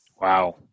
wow